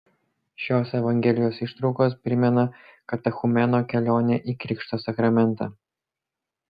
šios evangelijos ištraukos primena katechumeno kelionę į krikšto sakramentą